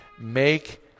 make